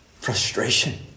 frustration